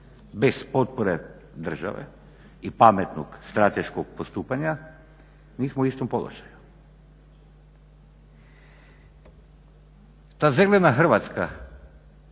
bez potpore države i pametnog strateškog postupanja nismo u istom položaju. Ta zelena Hrvatska